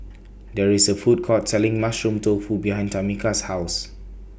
There IS A Food Court Selling Mushroom Tofu behind Tamika's House